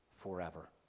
forever